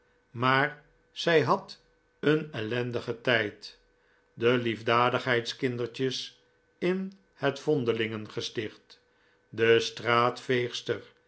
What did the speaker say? maar zij had een ellendigen tijd de hefdadigheidskindertjes in het vondelingengesticht de